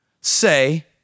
say